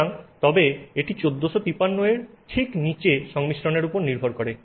সুতরাং তবে এটি 1453 এর ঠিক নীচে সংমিশ্রনের উপর নির্ভর করে